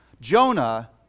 Jonah